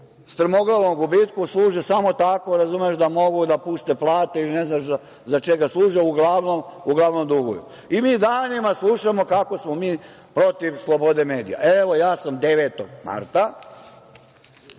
strmoglavom gubitku, služe samo tako da mogu da puste plate ili ne znaš za šta služe, uglavnom duguju. Mi danima slušamo kako smo mi protiv slobode medija. Evo, ja sam 9. marta